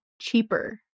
cheaper